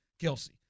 Kelsey